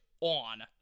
on